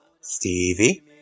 Stevie